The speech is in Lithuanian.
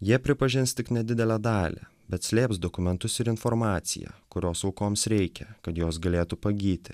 jie pripažins tik nedidelę dalį bet slėps dokumentus ir informaciją kurios aukoms reikia kad jos galėtų pagyti